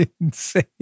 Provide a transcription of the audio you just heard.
insane